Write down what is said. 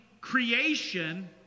creation